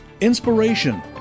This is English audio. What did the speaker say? inspiration